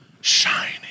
shining